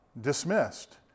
Dismissed